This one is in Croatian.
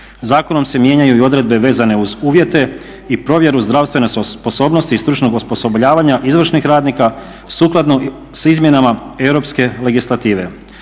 Zakonom se mijenjaju i odredbe vezane uz uvjete i provjeru zdravstvene sposobnosti i stručnog osposobljavanja izvršnih radnika sukladno s izmjenama europske legislative.